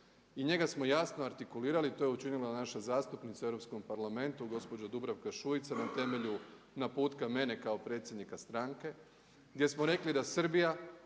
i njega smo jasno artikulirali. To je učinila naša zastupnica u Europskom parlamentu gospođa Dubravka Šuica na temelju naputka mene kao predsjednika stranke, gdje smo rekli da Srbija